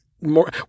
more